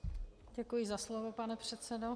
Děkuji za slovo, pane předsedo.